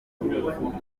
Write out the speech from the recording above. kidasobanutse